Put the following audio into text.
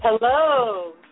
Hello